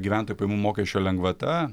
gyventojų pajamų mokesčio lengvata